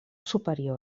superior